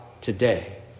today